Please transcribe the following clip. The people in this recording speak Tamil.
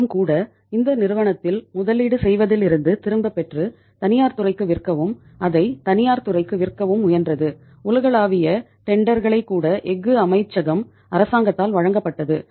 அரசாங்கம் கூட இந்த நிறுவனத்தில் முதலீடு செய்வதிலிருந்து திரும்ப பெற்று தனியார் துறைக்கு விற்கவும் அதை தனியார் துறைக்கு விற்கவும் முயன்றது உலகளாவிய டெண்டர்களைக் கூட எஃகு அமைச்சகம் அரசாங்கத்தால் வழங்கப்பட்டது